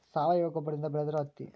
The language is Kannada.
ಸಾವಯುವ ಗೊಬ್ಬರದಿಂದ ಬೆಳದಿರು ಹತ್ತಿ